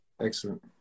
Excellent